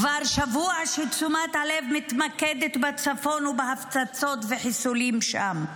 כבר שבוע שתשומת הלב מתמקדת בצפון ובהפצצות וחיסולים שם,